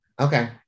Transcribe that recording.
okay